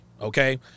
Okay